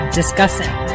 discussing